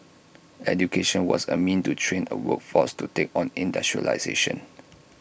education was A means to train A workforce to take on industrialisation